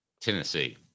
Tennessee